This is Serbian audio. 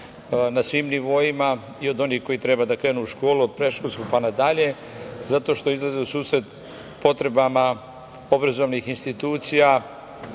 na svim nivoima i od onih koji treba da krenu u školu, od predškolskog pa na dalje, zato što izlaze u susret potrebama obrazovnih institucija,